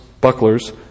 bucklers